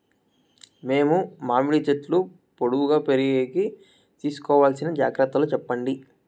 మేము మామిడి చెట్లు పొడువుగా పెరిగేకి తీసుకోవాల్సిన జాగ్రత్త లు చెప్పండి?